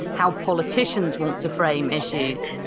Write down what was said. how politicians want to frame issues.